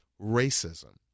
racism